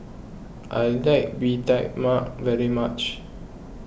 I like Bee Tai Mak very much